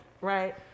right